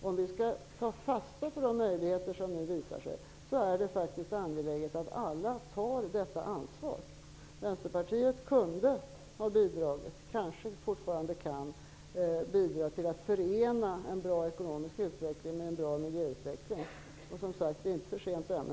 Om vi skall ta fasta på de möjligheter som nu visar sig är det angeläget att alla tar detta ansvar. Vänsterpartiet kunde ha bidragit -- och kan det kanske fortfarande -- till att förena en bra ekonomisk utveckling med en bra miljöutveckling. Som sagt: Det är inte för sent ännu.